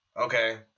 okay